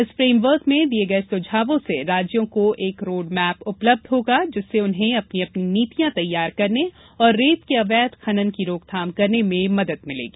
इस फेमवर्क में दिये गये सुझावों से राज्यों को एक रोड मेप उपलब्ध होगा जिससे उन्हें अपनी अपनी नीतियां तैयार करने और रेत की अवैध खनन की रोकथाम करने में मदद मिलेगी